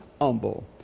humble